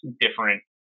different